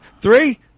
three